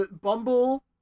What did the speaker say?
Bumble